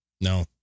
No